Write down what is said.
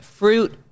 Fruit